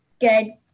Good